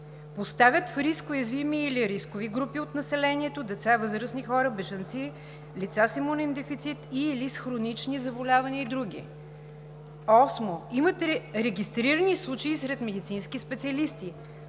„Поставят в риск уязвими или рискови групи от населението, деца, възрастни хора, бежанци, лица с имунен дефицит и/или с хронични заболявания и други.“ Осмо: „имате регистрирани случаи сред медицински специалисти“.